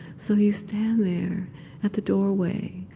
so you stand there at the doorway.